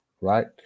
Right